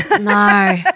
no